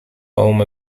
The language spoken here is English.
home